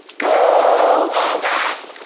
gold! oh gosh!